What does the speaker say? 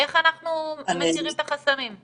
איך אנחנו מסירים את החסמים?